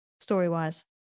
story-wise